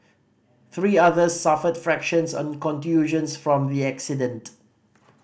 three others suffered fractures and contusions from the accident